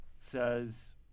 says